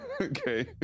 Okay